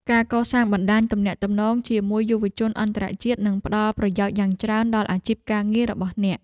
ការកសាងបណ្តាញទំនាក់ទំនងជាមួយយុវជនអន្តរជាតិនឹងផ្តល់ប្រយោជន៍យ៉ាងច្រើនដល់អាជីពការងាររបស់អ្នក។